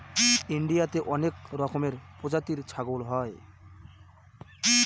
ইন্ডিয়াতে অনেক রকমের প্রজাতির ছাগল হয়